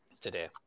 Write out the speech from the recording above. today